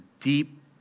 deep